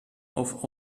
auf